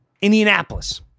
Indianapolis